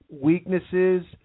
weaknesses